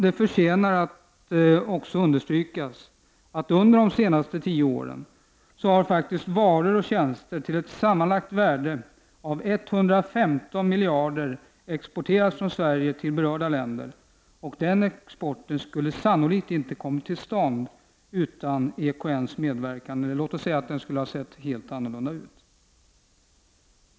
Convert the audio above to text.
Det förtjänar också att understrykas att under de senaste tio åren har varor och tjänster till ett sammanlagt värde av 115 miljarder faktiskt exporterats från Sverige till berörda länder, och den exporten skulle sannolikt inte ha kommit till stånd utan EKN:s medverkan; den skulle åtminstone ha sett annorlunda ut.